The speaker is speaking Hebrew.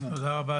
תודה רבה.